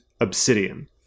obsidian